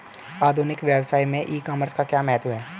आधुनिक व्यवसाय में ई कॉमर्स का क्या महत्व है?